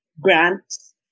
grants